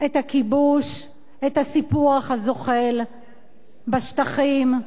את הכיבוש, את הסיפוח הזוחל בשטחים.